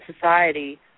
society